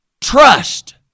trust